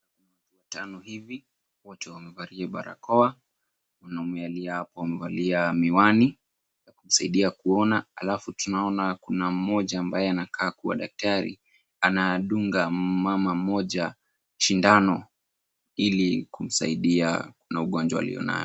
Tano hivi, wote wamevalia barakoa. Mwanaume aliyehapo amevalia miwani. Zaidi ya kuona, alafu tunaona kuna mmoja ambaye anakaa kuwa daktari, ana dunga mama mmoja sindano. Ili kumsaidia na ugonjwa alionao.